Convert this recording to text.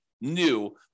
new